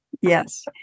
yes